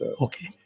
Okay